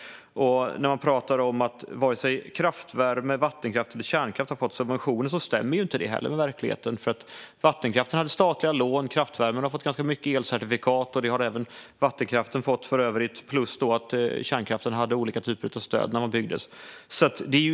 När man pratar om att varken kraftvärme, vattenkraft eller kärnkraft har fått subventioner stämmer inte heller det med verkligheten. Vattenkraften hade statliga lån, kraftvärmen har fått ganska mycket elcertifikat, och det har för övrigt även vattenkraften fått, och kärnkraften hade olika typer av stöd när den byggdes.